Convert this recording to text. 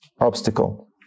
obstacle